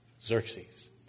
Xerxes